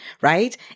right